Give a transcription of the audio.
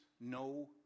no